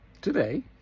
today